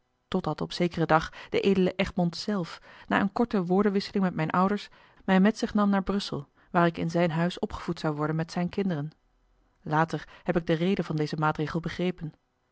totdat op zekeren dag de edele egmond zelf na eene korte woordenwisseling met mijne ouders mij met zich nam naar brussel waar ik in zijn huis opgevoed zou worden met zijne kinderen later heb ik de reden van dezen maatregel begrepen